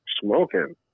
Smoking